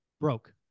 Broke